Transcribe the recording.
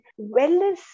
wellness